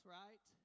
right